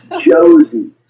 Josie